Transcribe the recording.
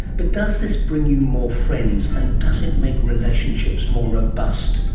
but does this bring you more friends, and does it make relationships more robust?